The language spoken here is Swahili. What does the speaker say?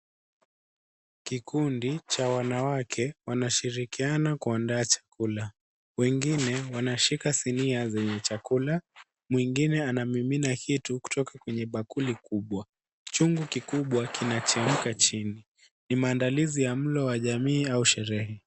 Kikundi cha wanawake wanashirikiana kuandaa chakula. Wengine wanashika sinia zenye chakula, mwingine anamimina kitu kutoka kwenye bakuli kubwa .Chungu kikubwa kinachemka chini. Ni maandalizi ya mlo wa jamii au sherehe.